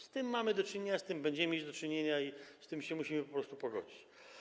Z tym mamy do czynienia, z tym będziemy mieć do czynienia i z tym musimy się po prostu pogodzić.